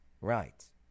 Right